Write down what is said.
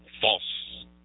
false